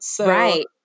Right